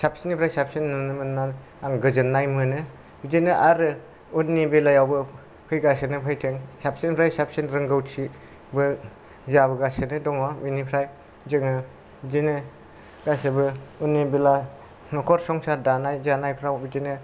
साबसिननिफ्राय साबसिन नुनो मोनना आं गोजोननाय मोनो बिदिनो आरो उननि बेलायावबो फैगासिनो फैदों साबसिननिफ्राय साबसिन रोंगौथिबो जाबोगासिनो दङ बेनिफ्राय जोङो बिदिनो गासिबो उननि बेला नखर संसार जानाय दानायफ्राव बिदिनो